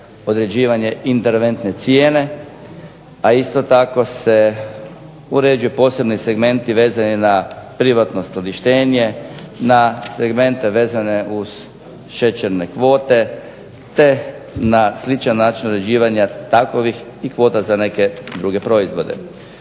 određivanje interventne cijene, a isto tako se uređuje posebno i segmenti vezani na privatno skladištenje, na segmente vezane uz šećerne kvote, te na sličan način uređivanja takovih i kvota za neke druge proizvode.